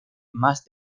mas